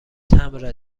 تمبر